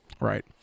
Right